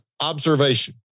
observation